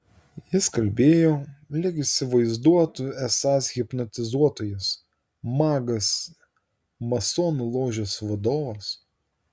jis kalbėjo lyg įsivaizduotų esąs hipnotizuotojas magas masonų ložės vadovas